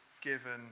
given